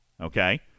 okay